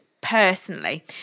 personally